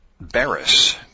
Barris